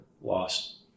lost